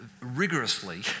rigorously